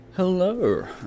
Hello